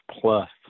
plus